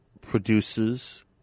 produces